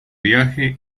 viaje